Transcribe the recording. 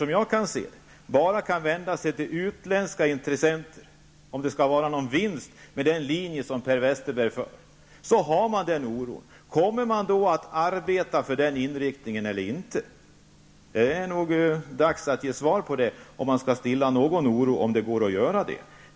Om man kan vända sig bara till utländska intressen och om det skall vara någon vinst med den linje som Per Westerberg företräder, finns denna oro. Kommer man då att arbeta för denna inriktning eller inte? Det är dags att få ett svar på den frågan, om man skall kunna stilla oron.